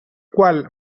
qual